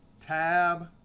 tab.